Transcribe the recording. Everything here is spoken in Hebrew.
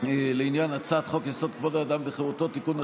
על הצעת חוק-יסוד: כבוד האדם וחירותו (תיקון,